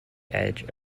edge